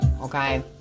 Okay